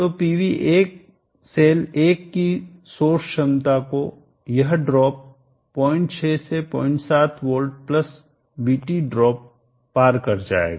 तो PV cell 1 की source क्षमता को यह ड्रॉप 06 से 07 वोल्ट प्लस VT ड्रॉप पार कर जाएगा